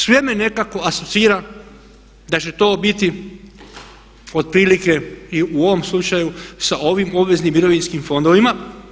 Sve me nekako asocira da će to biti otprilike i u ovom slučaju, sa ovim obveznim mirovinskim fondovima.